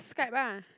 Skype ah